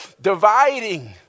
dividing